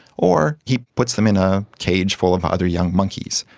or he puts them in a cage full of other young monkeys,